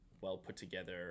well-put-together